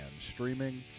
streaming